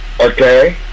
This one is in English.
Okay